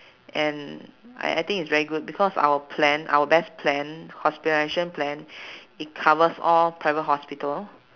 and I I think it's very good because our plan our best plan hospitalization plan it covers all private hospital